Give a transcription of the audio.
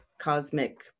cosmic